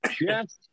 Yes